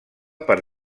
per